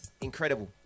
Incredible